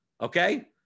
okay